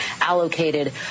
allocated